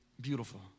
beautiful